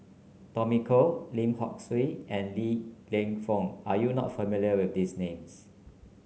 Tommy Koh Lim Hock Siew and Li Lienfung are you not familiar with these names